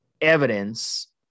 evidence